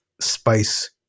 spice